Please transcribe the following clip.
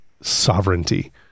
sovereignty